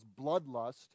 bloodlust